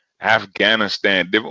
Afghanistan